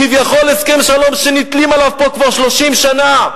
כביכול הסכם שלום שנתלים עליו פה כבר 30 שנה,